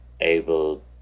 able